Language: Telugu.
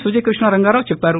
సుజయ్ కృష్ణ రంగారావు చెప్పారు